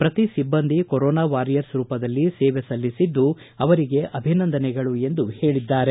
ಕ್ರತಿ ಸಿಬ್ಬಂದಿ corona warriors ರೂಪದಲ್ಲಿ ಸೇವೆ ಸಲ್ಲಿಸಿದ್ದು ಅವರಿಗೆ ಅಭಿನಂದನೆಗಳು ಎಂದು ಹೇಳಿದ್ದಾರೆ